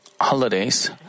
holidays